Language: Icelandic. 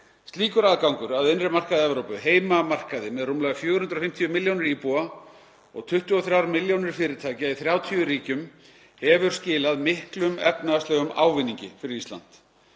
Slíkur aðgangur að innri markaði Evrópu, heimamarkaði með rúmlega 450 milljónir íbúa og 23 milljónir fyrirtækja í 30 ríkjum, hefur skilað miklum efnahagslegum ávinningi fyrir Ísland.